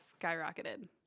skyrocketed